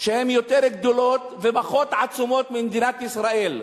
שהן יותר גדולות ופחות עצומות ממדינת ישראל.